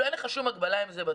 שום הדבלה עם זה.